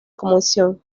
comisión